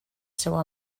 seu